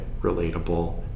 relatable